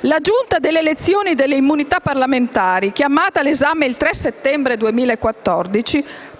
La Giunta delle elezioni e delle immunità parlamentari, chiamata all'esame il 3 settembre 2014,